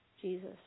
Jesus